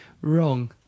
wrong